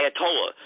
Ayatollah